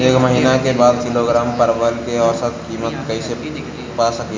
एक महिना के एक किलोग्राम परवल के औसत किमत कइसे पा सकिला?